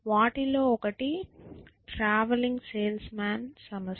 వాటిలో ఒకటి travelling salesman సమస్య